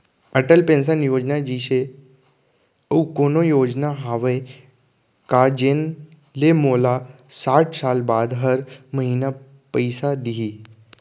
Atal pension Yojana जइसे अऊ कोनो योजना हावे का जेन ले मोला साठ साल बाद हर महीना पइसा दिही?